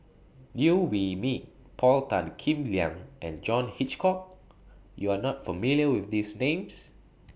Liew Wee Mee Paul Tan Kim Liang and John Hitchcock YOU Are not familiar with These Names